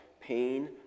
pain